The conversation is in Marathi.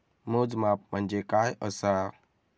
मोजमाप म्हणजे काय असा?